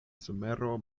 somero